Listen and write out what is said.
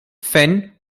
fenn